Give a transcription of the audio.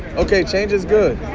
ok, change is good.